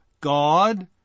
God